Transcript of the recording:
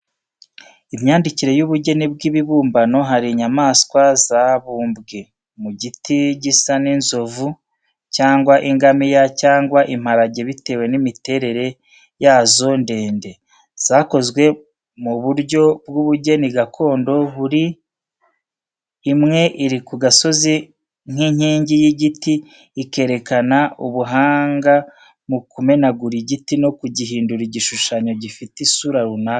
Imyandikire y’ubugeni bw’ibibumbano hari inyamaswa zabumbye mu giti zisa n’inzovu cyangwa ingamiya cyangwa imparage bitewe n'imiterere yazo ndende. Zakozwe mu buryo bw’ubugeni gakondo buri imwe iri ku gasozi k’inkingi y'igiti, ikerekana ubuhanga mu kumenagura igiti no kugihindura igishushanyo gifite isura runaka.